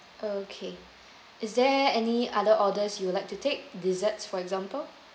okay is there any other orders you would like to take desserts for example